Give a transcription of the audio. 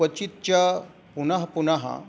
क्वचित् च पुनः पुन